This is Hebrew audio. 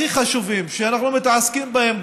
הכי חשובים שאנחנו מתעסקים בהם,